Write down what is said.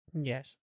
Yes